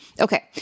Okay